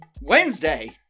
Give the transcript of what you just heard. Wednesday